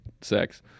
sex